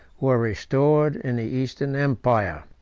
were restored in the eastern empire.